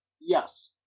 Yes